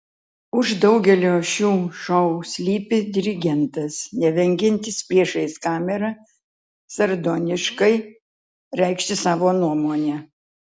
už daugelio šių šou slypi dirigentas nevengiantis priešais kamerą sardoniškai reikšti savo nuomonę